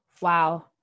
Wow